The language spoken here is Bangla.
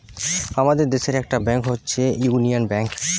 আমাদের দেশের একটা ব্যাংক হচ্ছে ইউনিয়ান ব্যাঙ্ক